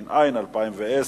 התש"ע 2010,